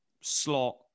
slot